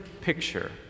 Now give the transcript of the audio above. picture